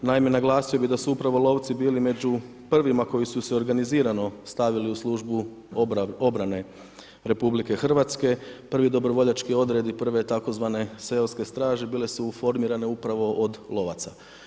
Naime, naglasio bi da su upravo lovci bili među prvima koji su se organizirano stavili u službu obrane RH, prvi dobrovoljački odredi, prvi tzv. seoske straže bile su uformirane upravo od lovaca.